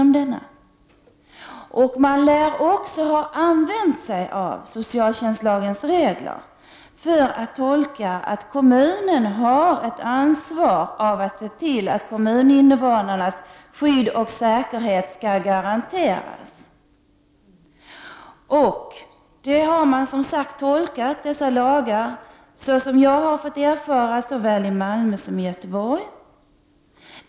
Man lär också ha tolkat socialtjänstlagens regler så, att kommunen har ett ansvar att se till att kommuninvånarnas skydd och säkerhet garanteras. Jag har erfarit att dessa regler har tolkats på ett sådant sätt i Malmö och Göteborg.